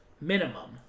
Minimum